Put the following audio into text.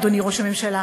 אדוני ראש הממשלה,